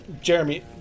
Jeremy